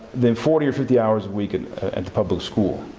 than forty or fifty hours a week and at public school.